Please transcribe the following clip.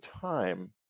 time